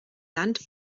land